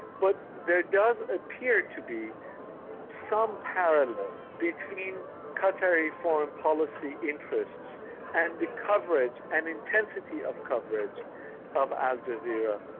but there does appear to be some parallel between qatari foreign policy interests and the coverage and intensity of coverage of al jazeera.